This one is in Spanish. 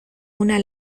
una